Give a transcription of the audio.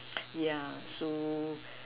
yeah so